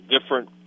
different